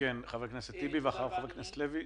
חבר הכנסת טיבי, ואחריו חבר הכנסת לוי.